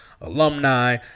alumni